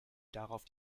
darauf